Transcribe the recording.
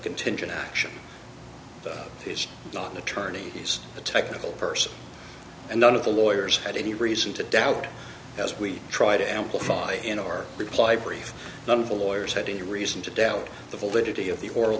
contingent action that he's not an attorney he's a technical person and none of the lawyers had any reason to doubt as we try to amplify in our reply brief the lawyers had any reason to doubt the validity of the oral